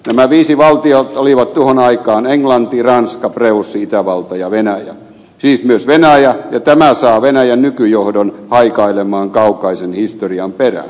nämä viisi valtiota olivat tuohon aikaan englanti ranska preussi itävalta ja venäjä siis myös venäjä ja tämä saa venäjän nykyjohdon haikailemaan kaukaisen historian perään